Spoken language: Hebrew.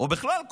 או בכלל,